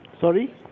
Sorry